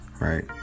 right